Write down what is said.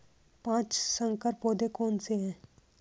पाँच संकर पौधे कौन से हैं?